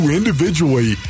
individually